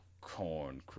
corn